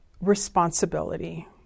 responsibility